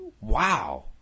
wow